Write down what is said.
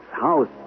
house